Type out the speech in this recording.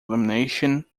elimination